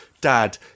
Dad